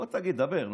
בוא, תגיד, דבר.